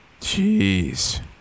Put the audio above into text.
jeez